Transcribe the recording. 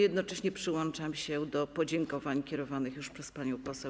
Jednocześnie przyłączam się do podziękowań kierowanych już przez panią poseł.